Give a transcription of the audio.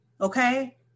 okay